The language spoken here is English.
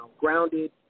grounded